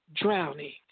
drowning